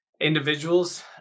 individuals